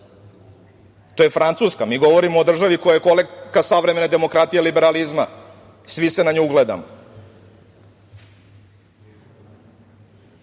To je Francuska. Mi govorimo o državi koja je kolevka savremene demokratije i liberalizma. Svi se na nju ugledamo.